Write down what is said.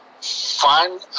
Find